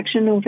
over